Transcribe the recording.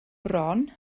bron